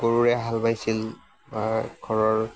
গৰুৰে হাল বাইছিল বা ঘৰৰ